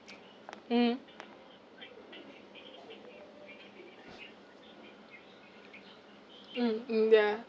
mmhmm mm mm ya